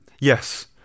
Yes